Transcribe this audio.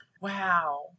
Wow